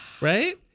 right